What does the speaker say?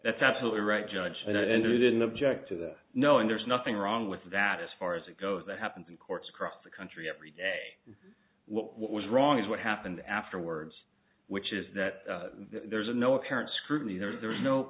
that's absolutely right judge that andrew didn't object to that knowing there's nothing wrong with that as far as a go that happens in courts across the country every day what was wrong is what happened afterwards which is that there's no apparent scrutiny there there is no